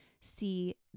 see